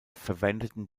verwendeten